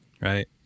right